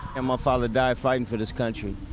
and my father died fighting for this country.